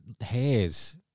hairs